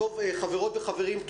חברות וחברים,